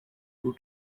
two